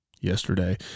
yesterday